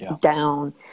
down